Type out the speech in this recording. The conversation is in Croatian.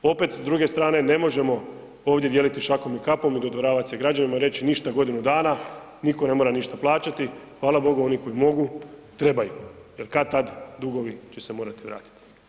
Opet, s druge strane ne možemo ovdje dijeliti šakom i kapom i dodvoravat se građanima, reći ništa godinu dana, nitko ne mora ništa plaćati, hvala Bogu oni koji mogu trebaju jer kad-tad dugovi će se morati vratiti.